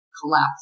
collapse